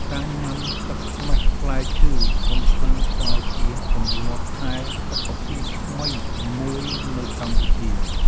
ការញ៉ាំទឹកខ្មេះផ្លែឈើ កំពុងក្លាយជាទម្លាប់ថែសុខភាពថ្មីមួយនៅកម្ពុជា។